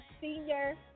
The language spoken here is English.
senior